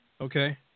Okay